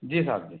जी साब जी